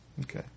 Okay